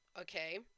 okay